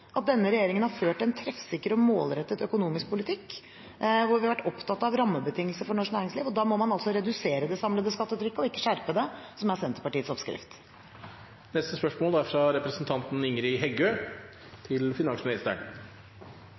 at denne regjeringen har ført en treffsikker og målrettet økonomisk politikk hvor vi har vært opptatt av rammebetingelser for norsk næringsliv. Da må man redusere det samlede skattetrykket og ikke skjerpe det, som er Senterpartiets oppskrift.